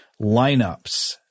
Lineups